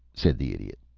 said the idiot.